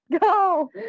go